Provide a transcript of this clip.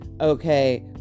okay